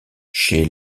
chez